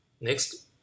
Next